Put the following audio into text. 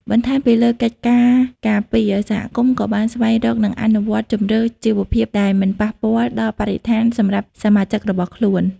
បន្ថែមពីលើកិច្ចការការពារ សហគមន៍ក៏បានស្វែងរក និងអនុវត្តជម្រើសជីវភាពដែលមិនប៉ះពាល់ដល់បរិស្ថានសម្រាប់សមាជិករបស់ខ្លួន។